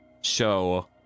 show